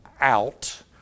out